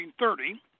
1930